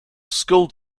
school